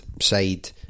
side